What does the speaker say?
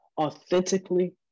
authentically